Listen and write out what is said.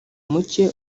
muke